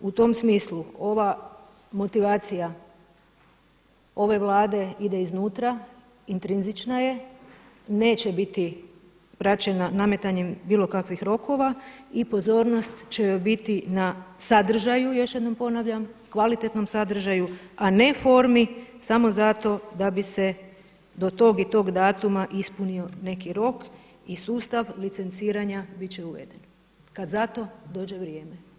U tom smislu ova motivacija ove Vlade ide iznutra, intrinzična je, neće biti praćena nametanjem bilo kakvih rokova i pozornost će joj biti na sadržaju još jednom ponavljam, kvalitetnom sadržaju a ne formi samo zato da bi se do tog i tog datuma ispunio neki rok i sustav licenciranja bit će uveden kad za to dođe vrijeme.